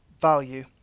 value